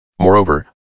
Moreover